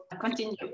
continue